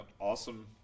awesome